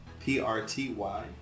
P-R-T-Y